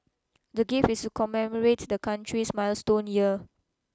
the gift is commemorate the country's milestone year